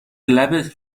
لبت